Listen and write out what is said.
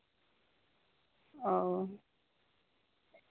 ᱚ